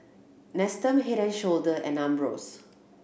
Nestum Head and Shoulder and Ambros